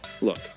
Look